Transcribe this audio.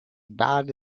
badly